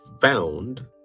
found